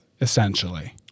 essentially